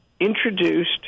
introduced